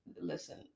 listen